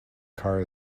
car